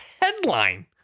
headline